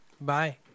Bye